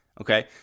okay